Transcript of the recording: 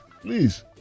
please